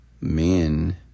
men